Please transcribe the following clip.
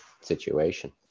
situation